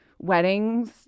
weddings